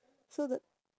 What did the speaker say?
so the